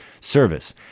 service